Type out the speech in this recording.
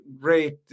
great